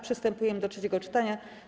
Przystępujemy do trzeciego czytania.